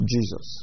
Jesus